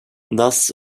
thus